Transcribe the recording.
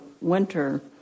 winter